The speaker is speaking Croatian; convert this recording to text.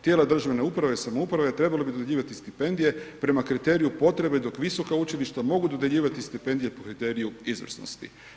Tijela državne uprave i samouprave trebale bi dodjeljivati stipendije prema kriteriju potrebe, dok visoka učilišta mogu dodjeljivati stipendije po kriteriju izvrsnosti.